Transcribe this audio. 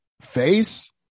Face